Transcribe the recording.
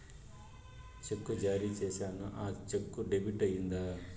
చెక్కు జారీ సేసాను, ఆ చెక్కు డెబిట్ అయిందా